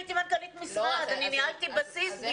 הייתי מנכ"לית משרד, אני ניהלתי בסיס.